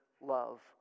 love